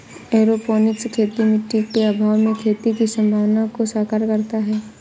aeroponics खेती मिट्टी के अभाव में खेती की संभावना को साकार करता है